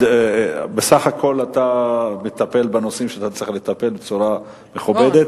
בסך הכול אתה מטפל בנושאים שאתה צריך לטפל בצורה מכובדת.